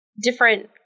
different